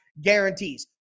guarantees